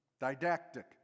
didactic